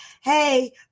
hey